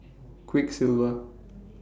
Quiksilver